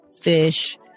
fish